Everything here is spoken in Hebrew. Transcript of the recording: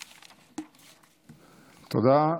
תודה.